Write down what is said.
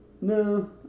No